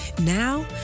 Now